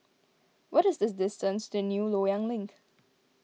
what is this distance to New Loyang Link